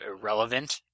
irrelevant